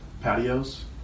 patios